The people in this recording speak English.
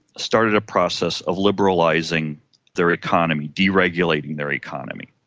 started a process of liberalising their economy, deregulating their economy.